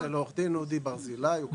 כן, אצל עו"ד אודי ברזילאי.